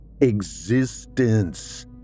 existence